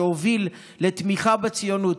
שהוביל לתמיכה בציונות.